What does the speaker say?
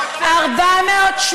מה עוצר אותך?